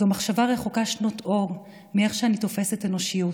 זו מחשבה רחוקה שנות אור מאיך שאני תופסת אנושיות.